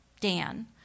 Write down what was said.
Dan